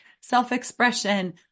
self-expression